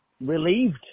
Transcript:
Relieved